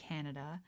Canada